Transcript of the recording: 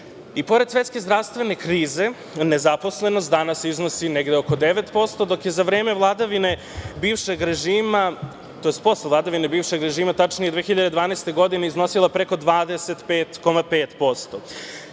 svetske zdravstvene krize nezaposlenost danas iznosi negde oko 9%, dok je za vreme vladavine bivšeg režima tj. posle vladavine bivšeg režima, tačnije 2012. godine iznosila preko 25,5%.